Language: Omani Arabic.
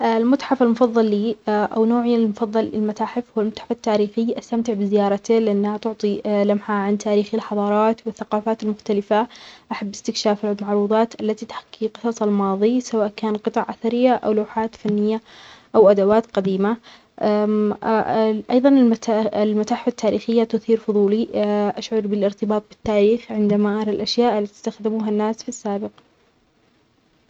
المتحف المفضل لي أو نوعي المفضل المتاحف هو المتحف التاريخي أستمتع بزيارته لأنها تعطي لمحة عن تاريخ الحضارات والثقافات المختلفة أحب استكشاف المعروضات التي تحكي قصص الماضي سواء كان قطع أثرية أو لوحات فنية أو أدوات قديمة أيضاً المتا-المتاحف التاريخيه تثير فضولي أشعر بالارتباط بالتاريخ عندما أرى الأشياء اللي استخدموها الناس في السابق